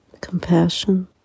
compassion